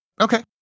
Okay